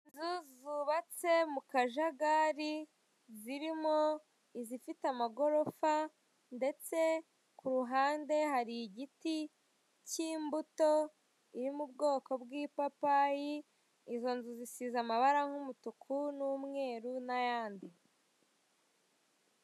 Inzu zubatse mu kajagari zirimo izifite amagorofa ndetse kuhande hari igiti cy'imbuto, iri mu bwoko bw'ipapayi izo nzu zisize amabara nk'umutuku n'umweru n'ayandi.